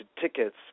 tickets